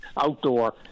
outdoor